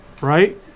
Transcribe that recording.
right